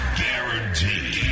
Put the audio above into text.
guaranteed